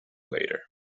later